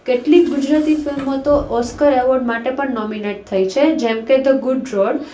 કેટલીક ગુજરાતી ફિલ્મો તો ઓસ્કર એવોર્ડ માટે પણ નોમેનોમિનેટ થઈ છે જેમ કે ધ ગુડ રોડ